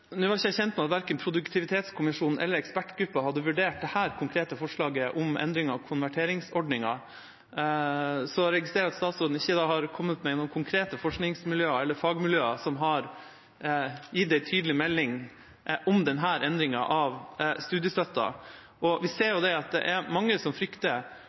var ikke kjent med at verken Produktivitetskommisjonen eller ekspertgruppen hadde vurdert det konkrete forslaget om endring av konverteringsordningen. Jeg registrerer at statsråden ikke har nevnt noen konkrete forskningsmiljøer eller fagmiljøer som har gitt en tydelig melding om denne endringen av studiestøtten. Vi ser jo at det er mange som frykter